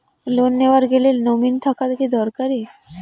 Loan নেওয়ার গেলে nominee থাকা কি দরকারী?